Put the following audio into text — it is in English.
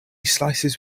slices